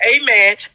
amen